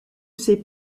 ces